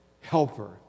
helper